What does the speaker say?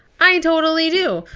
i totally do!